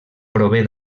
prové